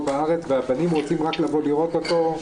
בארץ והבנים רוצים לבוא כדי לראות אותו,